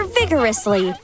vigorously